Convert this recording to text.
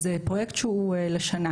זה פרויקט שהוא לשנה,